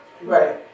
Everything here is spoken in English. Right